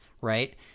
right